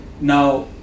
Now